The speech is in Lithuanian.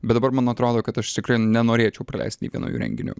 bet dabar man atrodo kad aš tikrai nenorėčiau praleist nė vienų jų renginių